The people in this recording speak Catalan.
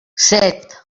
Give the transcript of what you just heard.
set